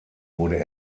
wurde